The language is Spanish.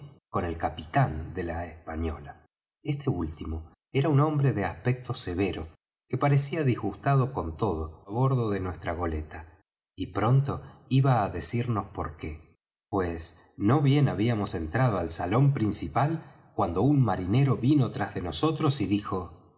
con el capitán de la española este último era un hombre de aspecto severo que parecía disgustado con todo á bordo de nuestra goleta y pronto iba á decirnos por qué pues no bien habíamos entrado al salón principal cuando un marinero vino tras de nosotros y dijo